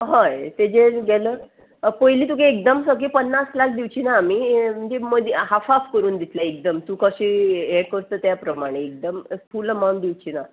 हय तेजेर तुगेलो पयली तुगे एकदम सगळी पन्नास लाख दिवची ना आमी म्हणजे मदी हाफ हाफ करून दितले एकदम तूं कशें हें करता त्या प्रमाणे एकदम फूल अमावंट दिवची ना